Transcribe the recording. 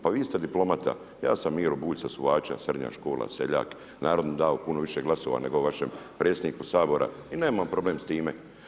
Pa vi ste diplomata, ja sam Miro Bulj sa Suvača, srednja škola, seljak, narod mu dao puno više glasova, nego vašem predsjedniku Sabora i nemam problem s time.